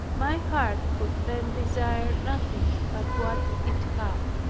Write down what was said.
my heart could then desire nothing but what it had.